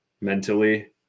mentally